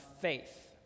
faith